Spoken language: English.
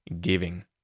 giving